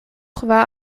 war